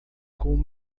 com